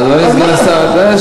איפה אתה